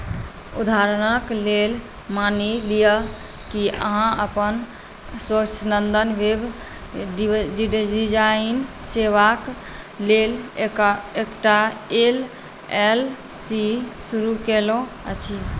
उदाहरणक लेल मानि लिअ कि अहाँ अपन स्वच्छन्द वेब डिजाइन सेवाक लेल एकटा एल एल सी शुरू केलहुँ अछि